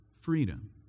freedom